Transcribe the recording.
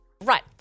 Right